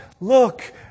look